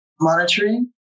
monitoring